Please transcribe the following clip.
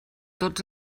tots